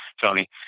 Tony